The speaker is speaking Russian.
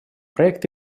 проект